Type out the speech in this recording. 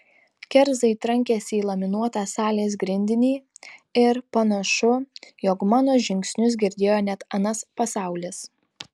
kerzai trankėsi į laminuotą salės grindinį ir panašu jog mano žingsnius girdėjo net anas pasaulis